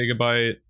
gigabyte